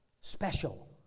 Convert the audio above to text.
special